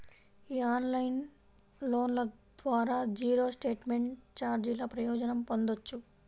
ఈ ఆన్లైన్ లోన్ల ద్వారా జీరో స్టేట్మెంట్ ఛార్జీల ప్రయోజనం పొందొచ్చు